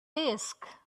disk